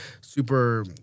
super